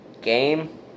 game